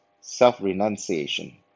Self-renunciation